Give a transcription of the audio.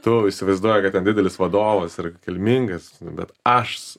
tu įsivaizduoji kad ten didelis vadovas ir kilmingas bet aš